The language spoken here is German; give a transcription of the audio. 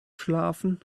schlafen